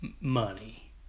money